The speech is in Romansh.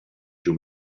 giu